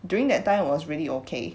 during that time was really okay